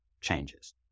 changes